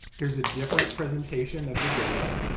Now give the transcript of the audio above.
here's a different presentation of the data.